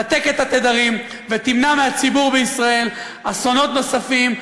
נתק את התדרים ותמנע מהציבור בישראל אסונות נוספים,